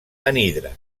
anhidre